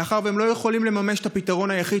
מאחר שהם לא יכולים לממש את הפתרון היחיד